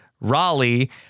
Raleigh